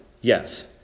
yes